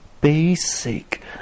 basic